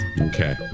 okay